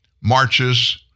marches